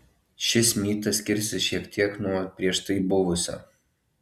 šis mytas skirsis šiek tiek nuo prieš tai buvusio